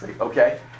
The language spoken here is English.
okay